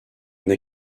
n’ai